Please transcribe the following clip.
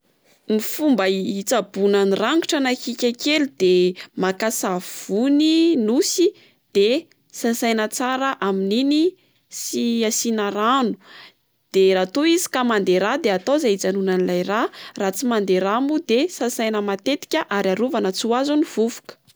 Ny fomba hi- hitsaboana ny rangotra na kika kely de maka savony nosy de sasaina tsara amin'iny sy asiana rano, de raha toa izy ka mandeha rà de atao izay hijanona an'ilay rà, raha tsy mandeha rà moa de sasaina matetika ary arovana tsy ho azon'ny vovoka.